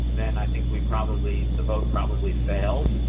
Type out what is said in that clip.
then i think we probably the vote probably fails,